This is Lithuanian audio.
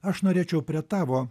aš norėčiau prie tavo